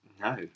No